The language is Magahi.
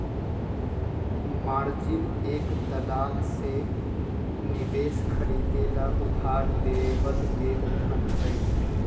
मार्जिन एक दलाल से निवेश खरीदे ला उधार लेवल गैल धन हई